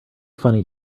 funny